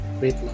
Wait